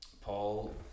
paul